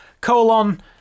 colon